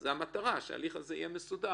זאת המטרה, שההליך הזה יהיה מסודר.